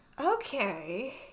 Okay